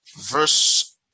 verse